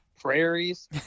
prairies